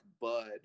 bud